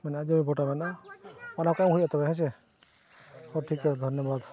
ᱢᱟᱱᱮ ᱟᱡ ᱫᱚᱭ ᱵᱷᱳᱴᱟᱨᱮᱱᱟ ᱚᱱᱟ ᱠᱚ ᱮᱢ ᱦᱩᱭᱩᱜᱼᱟ ᱛᱚᱵᱮ ᱦᱮᱸᱥᱮ ᱦᱮᱸ ᱴᱷᱤᱠᱟᱹ ᱫᱷᱚᱱᱱᱚᱵᱟᱫᱽ